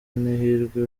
n’ihirwe